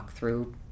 walkthrough